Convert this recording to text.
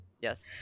yes